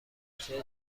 اتفاقی